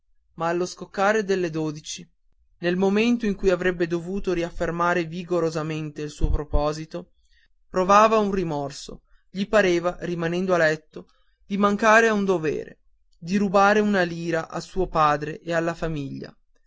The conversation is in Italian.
ma allo scoccare delle dodici nel momento in cui avrebbe dovuto riaffermare vigorosamente il suo proposito provava un rimorso gli pareva rimanendo a letto di mancare a un dovere di rubare una lira a suo padre e alla sua famiglia